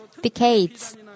decades